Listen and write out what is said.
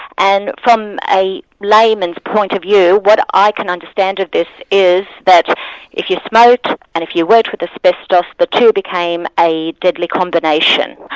and from a layman's point of view, what i can understand of this is that but if you smoke and if you worked with asbestos, the two became a deadly combination.